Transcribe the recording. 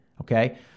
okay